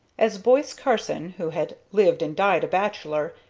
as boise carson, who had lived and died a bachelor,